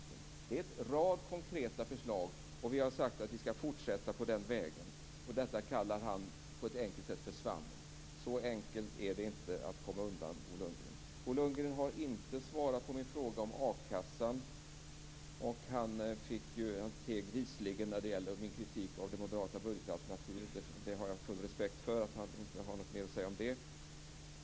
Det är en rad konkreta förslag, och vi har sagt att vi skall fortsätta på den vägen. Detta kallar han på ett enkelt sätt för svammel. Så enkelt är det inte att komma undan, Bo Lundgren. Bo Lundgren har inte svarat på min fråga om akassan, och han teg visligen när det gäller min kritik av det moderata budgetalternativet. Jag har full respekt för att han inte har något mer att säga om det.